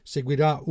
Seguirà